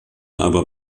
aber